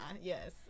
yes